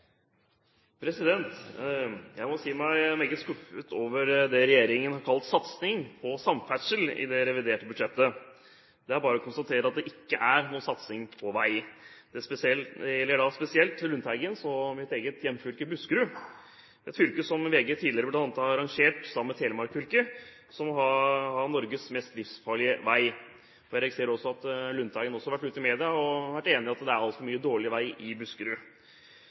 regjeringen har kalt satsing på samferdsel i det reviderte budsjettet. Det er bare å konstatere at det ikke er noen satsing på vei. Det gjelder da spesielt Lundteigens og mitt eget hjemfylke Buskerud, et fylke som VG tidligere har rangert, sammen med Telemark fylke, til å ha Norges mest livsfarlige vei. Jeg registrerer også at Lundteigen har vært ute i media og vært enig i at det er altfor mye dårlig vei i Buskerud.